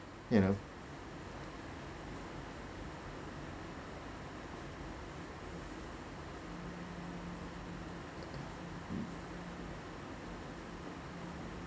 you know